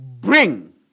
bring